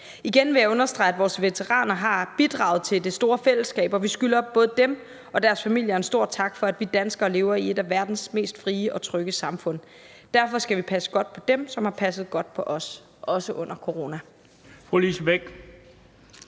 Igen vil jeg understrege, at vores veteraner har bidraget til det store fællesskab, og vi skylder både dem og deres familier en stor tak for, at vi danskere lever i et af verdens mest frie og trygge samfund. Derfor skal vi passe godt på dem, som har passet godt på os, også under coronaen.